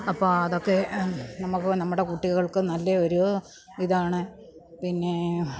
അപ്പോൾ അതൊക്കെ നമുക്കും നമ്മുടെ കുട്ടികൾക്കും നല്ലെ ഒരു ഇതാണ് പിന്നെ